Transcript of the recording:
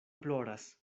ploras